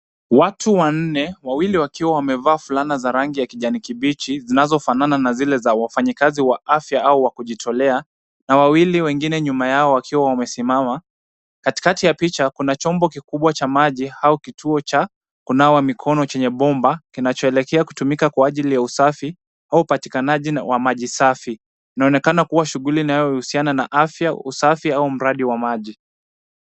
Watu wanne, wawili wakiwa wamevaa fulana za rangi ya kijani kibichi zinazofanana na zile za wafanyikazi wa afya au wakujitolea, na wawili wengine nyuma yao wakiwa wamesimama, katikati ya picha kuna chumbo kikubwa cha maji au kituo cha kunawa mikono chenye bomba kinachoelekea kutumika kwa ajili ya usafi au upatikanaji wa maji safi. Inaonekana kuwa shughuli inayohusiana na afya, usafi au mradi wa maji.